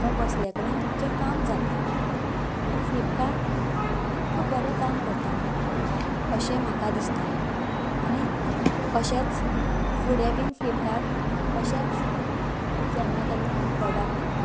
तुका बसले कडेन तुमचे काम जाता आनी फ्लिपकार्ट खूब बरें काम करता अशें म्हाका दिसता आनी अशेंच फुडें बीन फ्लिपकार्ट अशेंच जेन्ना केन्ना हांव प्रॉडक्ट